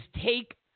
take